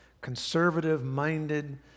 conservative-minded